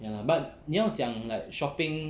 ya lah but 你要讲 like shopping